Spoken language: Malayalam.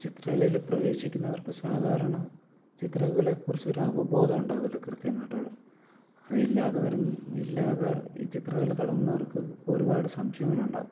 ചിത്രകലയില് പ്രവേശിക്കുന്നവർക്ക് സാധാരണ ചിത്രകലയെ കുറിച്ചൊര് അവബോധമുണ്ടാകുമല്ലോ കൃത്യമായിട്ടുള്ള അത് ഇല്ലാത്തവരും ഇല്ലാതെ ഈ ചിത്രകല തുടങ്ങുന്നവർക്ക് ഒരുപാട് സംശയങ്ങൾ ഉണ്ടാകും